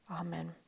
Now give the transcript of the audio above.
Amen